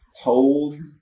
told